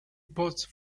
paused